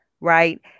right